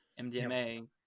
mdma